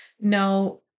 No